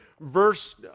verse